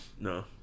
No